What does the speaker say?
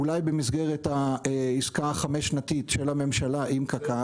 אולי במסגרת העסקה החמש-שנתית של הממשלה עם קק"ל.